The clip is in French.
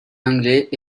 anglais